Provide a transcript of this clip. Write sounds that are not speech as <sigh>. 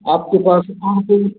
आपको पास <unintelligible>